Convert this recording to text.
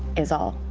is all.